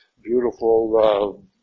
beautiful